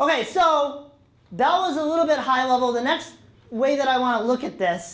ok so that was a little bit high level and that's the way that i want to look at this